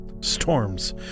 Storms